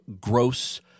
gross